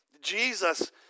Jesus